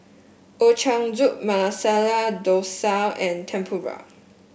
Ochazuke Masala Dosa and Tempura